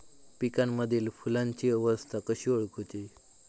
पिकांमदिल फुलांची अवस्था कशी ओळखुची?